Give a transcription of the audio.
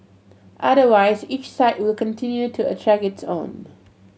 otherwise each site will continue to attract its own